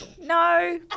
No